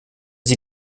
sie